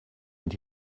and